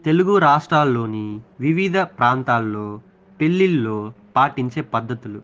తెలుగు రాష్ట్రాల్లోని వివిధ ప్రాంతాల్లో పెళ్లిళ్లలో పాటించే పద్ధతులు